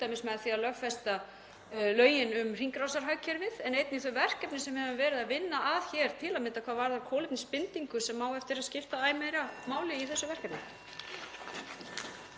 með því að lögfesta lögin um hringrásarhagkerfið, en einnig um þau verkefni sem við höfum verið að vinna að hér, til að mynda um kolefnisbindingu sem á eftir að skipta æ meira máli í þessu verkefni.